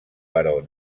però